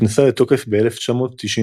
נכנסה לתוקף ב-1993,